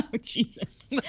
Jesus